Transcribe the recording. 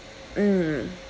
mm